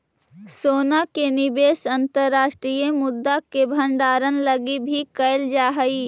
सोना के निवेश अंतर्राष्ट्रीय मुद्रा के भंडारण लगी भी कैल जा हई